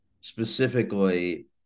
specifically